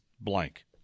blank